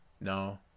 no